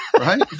right